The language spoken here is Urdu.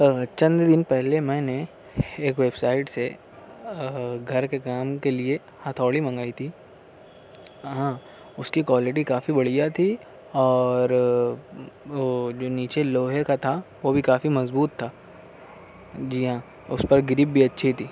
چند دن پہلے میں نے ایک ویب سائٹ سے گھر کے کام کے لیے ہتھوڑی منگائی تھی ہاں اس کی کوالٹی کافی بڑھیا تھی اور وہ جو نیچے لوہے کا تھا وہ بھی کافی مضبوط تھا جی ہاں اس پر گرپ بھی اچھی تھی